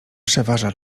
przeważa